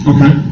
Okay